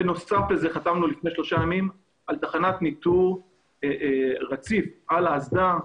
ובנוסף גם חתמנו לפני שלושה ימים על תחנת ניטור רציף על האסדה.